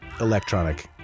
electronic